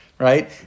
Right